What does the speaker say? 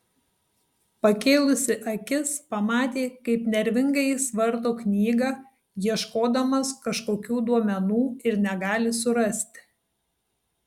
pakėlusi akis pamatė kaip nervingai jis varto knygą ieškodamas kažkokių duomenų ir negali surasti